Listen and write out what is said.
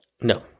No